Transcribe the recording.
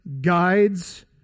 guides